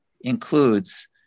includes